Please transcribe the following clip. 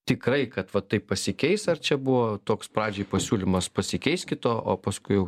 tikrai kad va taip pasikeis ar čia buvo toks pradžiai pasiūlymas pasikeiskit o o paskui